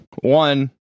one